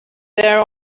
there